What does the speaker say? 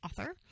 author